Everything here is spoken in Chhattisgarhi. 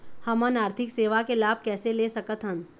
हमन आरथिक सेवा के लाभ कैसे ले सकथन?